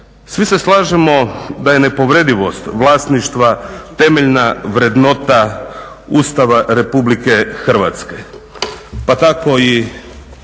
Svi se slažemo da je nepovredivost vlasništva temeljna vrednota Ustava RH pa tako i